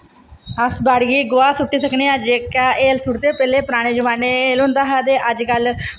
अस बाड़ियै गी गोहा सु'ट्टी सकने आं जेह्का हैल सु'ट्टदे पैह्लें पराने जमाने च हैल होंदा हा ते अजकल